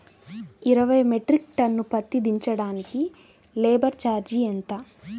ఇరవై metric tonne పత్తి దించటానికి లేబర్ ఛార్జీ ఎంత?